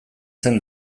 zen